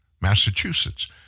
Massachusetts